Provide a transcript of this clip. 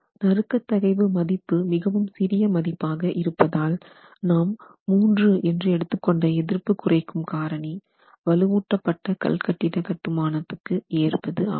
நறுக்க தகைவு மதிப்பு மிகவும் சிறிய மதிப்பாக இருப்பதால் நாம் மூன்று என்று எடுத்து கொண்ட எதிர்ப்பு குறைக்கும் காரணி வலுவூட்டப்பட்ட கல் கட்டிட கட்டுமானம் ஏற்ப ஆகும்